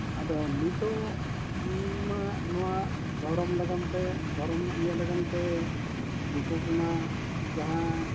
ᱟᱫᱚ ᱱᱤᱛᱳᱜᱼᱢᱟ ᱱᱚᱣᱟ ᱫᱷᱚᱨᱚᱢ ᱞᱟᱹᱜᱤᱫᱼᱛᱮ ᱫᱷᱚᱨᱚᱢ ᱤᱭᱟᱹ ᱞᱟᱹᱜᱤᱫᱼᱛᱮ ᱩᱱᱠᱩ ᱠᱚᱢᱟ ᱡᱟᱦᱟᱸ